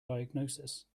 diagnosis